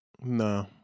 no